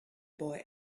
boy